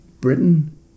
Britain